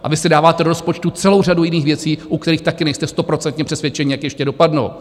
A vy si dáváte do rozpočtu celou řadu jiných věcí, u kterých taky nejste stoprocentně přesvědčeni, jak ještě dopadnou.